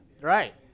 right